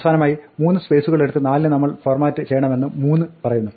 അവസാനമായി മൂന്ന് സ്പേസുകളെടുത്ത് 4 നെ നമ്മൾ ഫോർമാറ്റ് ചെയ്യണമെന്ന് 3 പറയുന്നു